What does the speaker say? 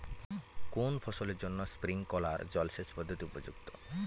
কোন ফসলের জন্য স্প্রিংকলার জলসেচ পদ্ধতি উপযুক্ত?